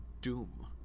doom